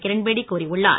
கிரண்பேடி கூறியுள்ளார்